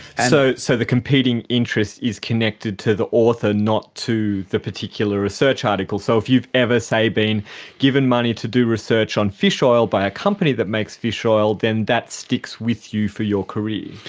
so so the competing interest is connected to the author, not to the particular research article. so if you've ever, say, been given money to do research on fish oil by a company that makes fish oil, then that sticks with you for your career.